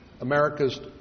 America's